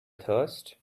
thirst